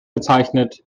bezeichnet